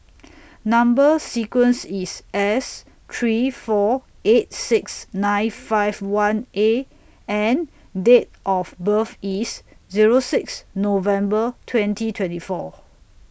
Number sequence IS S three four eight six nine five one A and Date of birth IS Zero six November twenty twenty four